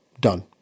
Done